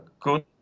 good